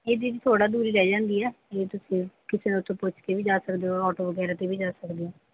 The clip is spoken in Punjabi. ਇਹ ਦੀਦੀ ਥੋੜ੍ਹਾ ਦੂਰ ਹੀ ਰਹਿ ਜਾਂਦੀ ਆ ਜਿਵੇਂ ਤੁਸੀਂ ਕਿਸੇ ਤੋਂ ਉੱਥੋਂ ਪੁੱਛ ਕੇ ਵੀ ਜਾ ਸਕਦੇ ਹੋ ਆਟੋ ਵਗੈਰਾ 'ਤੇ ਵੀ ਜਾ ਸਕਦੇ ਹੋ